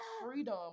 freedom